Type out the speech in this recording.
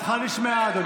תודה, הערתך נשמעה, אדוני.